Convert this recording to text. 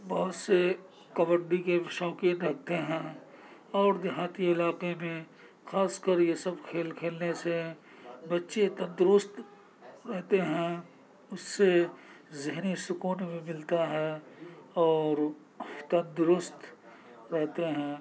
بہت سے کبڈی کے بھی شوقین رکھتے ہیں اور دیہاتی علاقے میں خاص کر یہ سب کھیل کھیلنے سے بچے تندرست رہتے ہیں اس سے ذہنی سکون بھی ملتا ہے اور تندرست رہتے ہیں